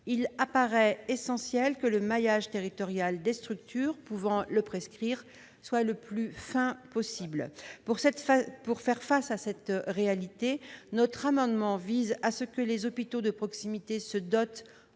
il apparaît essentiel que le maillage territorial des structures pouvant le prescrire soit le plus fin possible. Pour faire face à cette réalité, notre amendement vise à ce que les hôpitaux de proximité se dotent